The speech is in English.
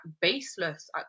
baseless